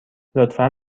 لطفا